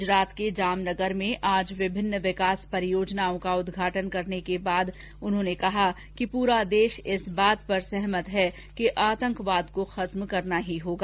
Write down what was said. गुजरात के जामनगर में आज विभिन्न विकास परियोजनाओं का उद्घाटन करने के बाद उन्होंने कहा कि पूरा देश इस बात पर सहमत है कि आंतकवाद को खत्म करना ही होगा